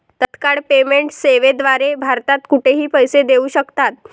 तत्काळ पेमेंट सेवेद्वारे भारतात कुठेही पैसे देऊ शकतात